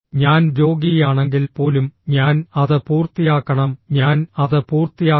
ഞാൻ രോഗിയാണെങ്കിൽ പോലും ഞാൻ അത് പൂർത്തിയാക്കണം ഞാൻ അത് പൂർത്തിയാക്കണം